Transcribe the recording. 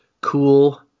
cool